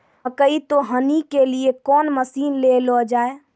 मकई तो हनी के लिए कौन मसीन ले लो जाए?